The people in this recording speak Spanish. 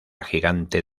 gigante